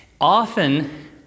often